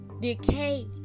decay